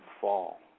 fall